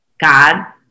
God